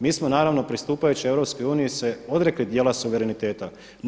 Mi smo naravno pristupajući EU se odrekli dijela suvereniteta.